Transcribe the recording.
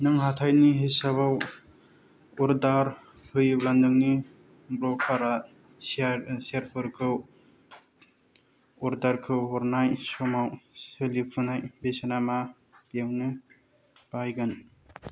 नों हाथायनि हिसाबाव अरदार होयोब्ला नोंनि ब्रकारा शेयारफोरखौ अरदारखौ हरनाय समाव सोलिफुनाय बेसेना मा बेयावनो बायगोन